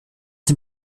dem